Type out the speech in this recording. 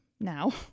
now